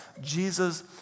Jesus